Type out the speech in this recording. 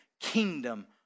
kingdom